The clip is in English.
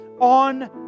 on